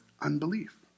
unbelief